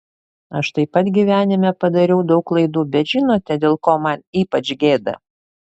aš taip pat gyvenime padariau daug klaidų bet žinote dėl ko man ypač gėda